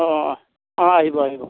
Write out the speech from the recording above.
অঁ অঁ অঁ আহিব আহিব